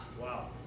Wow